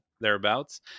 thereabouts